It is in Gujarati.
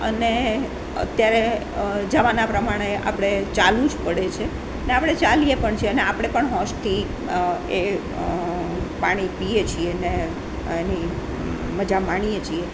અને અત્યારે જમાના પ્રમાણે આપણે ચાલવું જ પડે છે અને આપણે ચાલીએ પણ છીએ અને આપણે પણ હોંશથી એ પાણી પીએ છીએ અને એની મઝા માણીએ છીએ